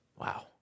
Wow